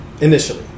Initially